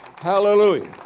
Hallelujah